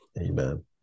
Amen